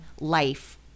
life